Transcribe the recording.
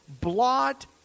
blot